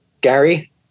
Gary